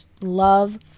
love